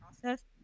process